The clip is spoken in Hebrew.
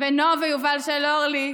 ונועה ויובל של אורלי,